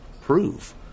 prove